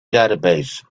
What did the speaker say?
database